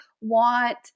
want